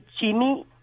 Jimmy